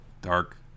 Dark